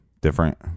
different